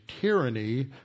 tyranny